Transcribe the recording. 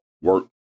work